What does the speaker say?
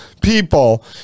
people